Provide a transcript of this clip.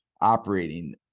operating